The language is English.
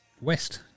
West